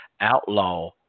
outlaw